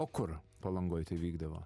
o kur palangoj tai vykdavo